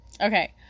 Okay